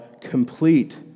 complete